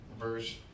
verse